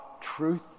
truth